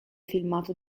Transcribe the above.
filmato